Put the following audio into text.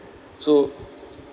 so